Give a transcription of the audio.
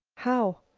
how?